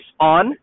on